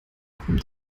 kommt